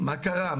מה קרה?